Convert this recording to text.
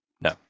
no